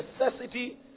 necessity